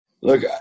Look